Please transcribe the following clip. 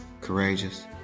courageous